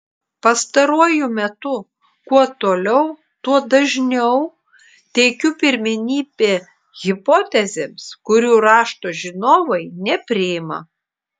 pastaruoju metu kuo toliau tuo dažniau teikiu pirmenybę hipotezėms kurių rašto žinovai nepriima